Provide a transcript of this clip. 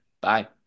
Bye